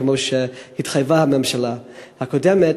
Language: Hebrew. כמו שהתחייבה הממשלה הקודמת,